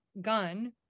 gun